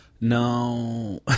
No